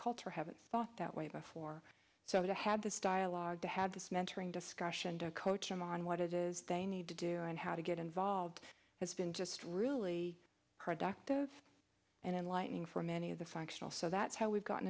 culture haven't thought that way before so i had this dialogue to had this mentoring discussion to coach him on what it is they need to do and how to get involved has been just really productive and enlightening for many of the functional so that's how we've gotten